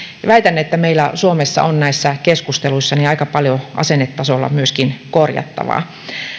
väitän että meillä suomessa on näissä keskusteluissa aika paljon asennetasolla myöskin korjattavaa